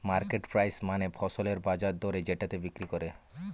market price মানে ফসলের বাজার দরে যেটাতে বিক্রি করে